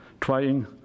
trying